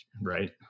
Right